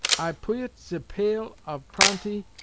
i puyet ze pail of pranty,